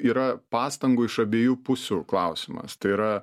yra pastangų iš abiejų pusių klausimas tai yra